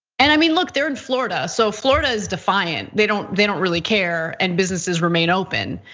and i mean, look, they're in florida so florida is defiant. they don't they don't really care and businesses remain open.